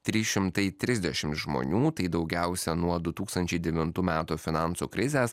trys šimtai trisdešimt žmonių tai daugiausia nuo du tūkstančiai devintų metų finansų krizės